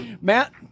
Matt